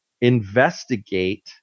investigate